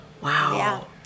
Wow